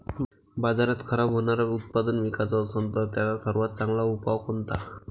बाजारात खराब होनारं उत्पादन विकाच असन तर त्याचा सर्वात चांगला उपाव कोनता?